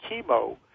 chemo